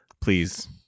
Please